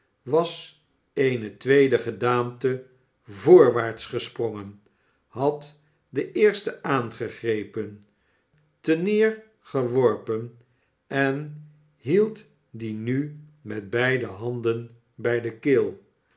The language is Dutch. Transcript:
was eene tweede gedaante voorwaarts gesprongen had de eerste aangegrepen ter neer geworpen en hield die nu met beide handen bij de keel